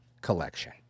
collection